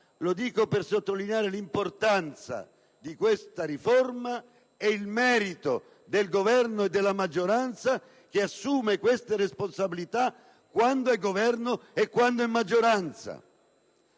ma per sottolineare l'importanza di questa riforma ed il merito del Governo e del centrodestra che assume queste responsabilità quando è al Governo e quando è maggioranza.